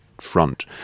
Front